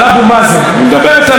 היא רוצה להיות איתו בחדר,